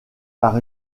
par